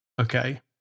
okay